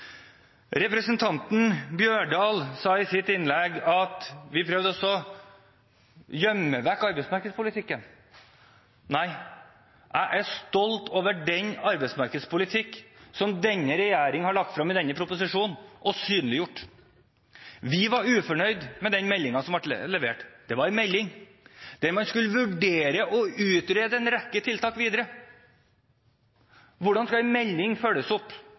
Representanten Holen Bjørdal sa i sitt innlegg at vi prøvde å gjemme vekk arbeidsmarkedspolitikken. Nei, jeg er stolt over den arbeidsmarkedspolitikken som denne regjeringen har lagt frem i denne proposisjonen og synliggjort. Vi var ikke fornøyd med den meldingen som ble levert. Det var en melding der man skulle vurdere og utrede en rekke tiltak videre. Hvordan skal en melding følges opp?